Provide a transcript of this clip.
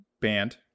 band